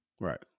Right